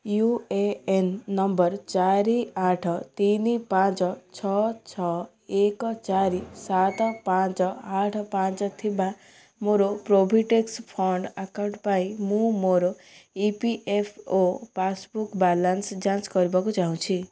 you A N number ଚାରି ଆଠ ତିନି ପାଞ୍ଚ ଛଅ ଛଅ ଏକ ଚାରି ସାତ ପାଞ୍ଚ ଆଠ ପାଞ୍ଚ ଥିବା ମୋର ପ୍ରୋଭିଡ଼େଣ୍ଡ ଫଣ୍ଡ ଆକାଉଣ୍ଟ ପାଇଁ ମୁଁ ମୋର E P F O passbook balance ଯାଞ୍ଚ କରିବାକୁ ଚାହୁଁଛି